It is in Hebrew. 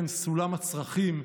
סולם הצרכים,